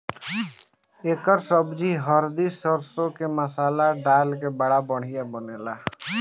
एकर सब्जी हरदी सरसों के मसाला डाल के बड़ा बढ़िया बनेला